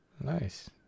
Nice